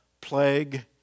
plague